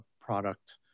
product